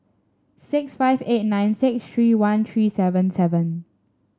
six five eight nine six three one three seven seven